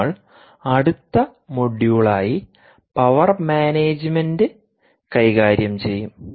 നമ്മൾ അടുത്ത മൊഡ്യൂളായി പവർ മാനേജുമെന്റ് കൈകാര്യം ചെയ്യും